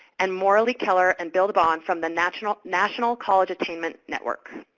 and morralee keller and bill debaun from the national national college attainment network.